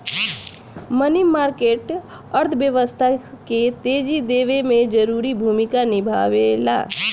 मनी market अर्थव्यवस्था के तेजी देवे में जरूरी भूमिका निभावेला